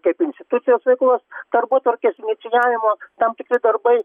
kaip institucijos veiklos darbotvarkės inicijavimo tam tikri darbai